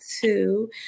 two